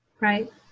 Right